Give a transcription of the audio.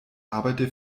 arbeite